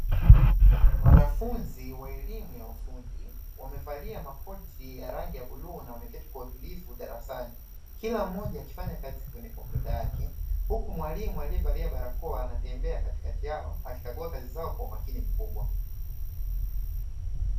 Wanafunzi wa elimu ya ufundi wamevalia makoti ya rangi ya bluu na wameketi kwa utulivu darasani kila mmoja akifanya kazi kwenye kompyuta yake, uku mwalimu aliyevalia barakoa anatembea katikati yao akikagua kazi zao kwa umakini mkubwa.